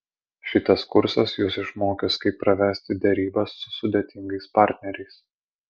šitas kursas jus išmokys kaip pravesti derybas su sudėtingais partneriais